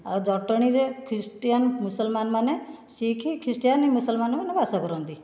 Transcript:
ଆଉ ଜଟଣୀରେ ଖ୍ରୀଷ୍ଟିୟାନ ମୁସଲମାନମାନେ ଶିଖ୍ ଖ୍ରୀଷ୍ଟିୟାନ ମୁସଲମାନମାନେ ବାସ କରନ୍ତି